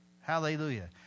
Hallelujah